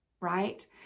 right